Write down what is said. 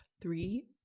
Three